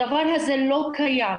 הדבר הזה לא קיים,